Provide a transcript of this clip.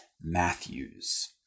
Matthews